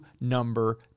number